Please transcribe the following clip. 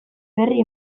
berri